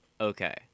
Okay